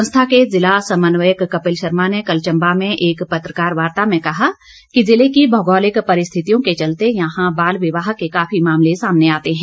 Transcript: संस्था के जिला समन्वयक कपिल शर्मा ने कल चम्बा में एक पत्रकार वार्ता में कहा कि जिले की भौगोलिक परिस्थितियों के चलते यहां बाल विवाह के काफी मामले सामने आते हैं